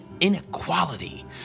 inequality